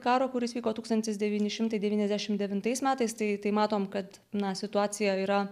kargil karo kuris vyko tūkstantis devyni šimtai devyniasdešim devintais metais tai matom kad na situacija yra